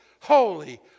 holy